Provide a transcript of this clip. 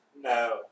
No